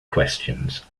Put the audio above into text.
questions